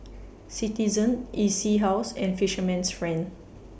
Citizen E C House and Fisherman's Friend